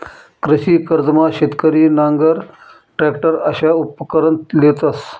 कृषी कर्जमा शेतकरी नांगर, टरॅकटर अशा उपकरणं लेतंस